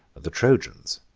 the trojans,